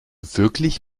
wirklich